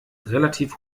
relativ